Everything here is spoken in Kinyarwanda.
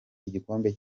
igikombe